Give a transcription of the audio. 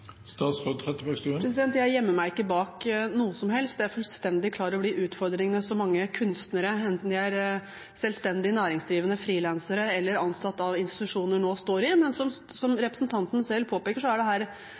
Jeg gjemmer meg ikke bak noe som helst. Jeg er fullstendig klar over de utfordringene som mange kunstnere – enten de er selvstendig næringsdrivende, frilansere eller ansatt av institusjoner – nå står i. Men, som representanten selv påpeker, dette er